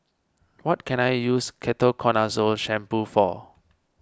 what can I use Ketoconazole Shampoo for